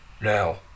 now